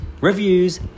reviews